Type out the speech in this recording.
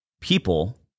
people